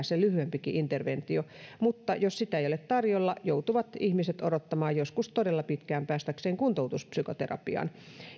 se lyhyempikin interventio mutta jos sitä ei ole tarjolla joutuvat ihmiset odottamaan joskus todella pitkään päästäkseen kuntoutuspsykoterapiaan